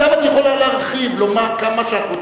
עכשיו את יכולה להרחיב, לומר כמה שאת רוצה.